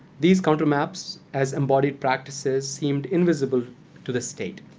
these countermaps as embodied practices seemed invisible to the state,